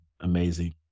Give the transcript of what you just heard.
amazing